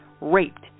raped